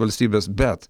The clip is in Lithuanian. valstybės bet